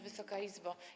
Wysoka Izbo!